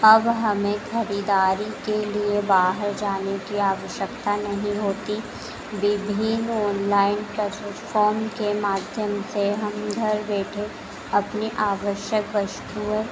अब हमें खरीदारी के लिए बाहर जाने की आवश्यकता नहीं होती विभिन्न ऑनलाइन प्लैटेटफ़ॉम के माध्यम से हम घर बेठे अपनी आवश्यक वस्तुओं